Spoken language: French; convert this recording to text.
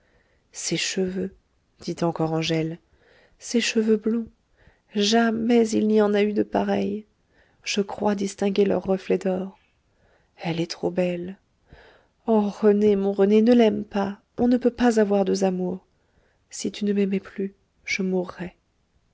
ses cheveux dit encore angèle ses cheveux blonds jamais il n'y en a eu de pareils je crois distinguer leurs reflets d'or elle est trop belle oh rené mon rené ne l'aime pas on ne peut pas avoir deux amours si tu ne m'aimais plus je mourrais